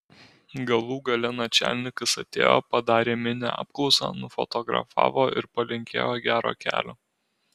galų gale načialnikas atėjo padarė mini apklausą nufotografavo ir palinkėjo gero kelio